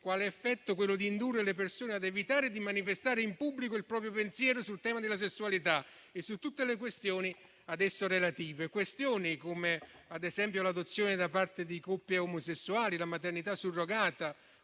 come effetto quello di indurre le persone a evitare di manifestare in pubblico il proprio pensiero sul tema della sessualità e su tutte le questioni a esso relative. Si tratta di questioni come, ad esempio, l'adozione da parte di coppie omosessuali, la maternità surrogata